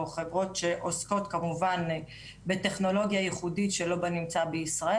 או חברות שעוסקות כמובן בטכנולוגיה ייחודית שלא בנמצא בישראל.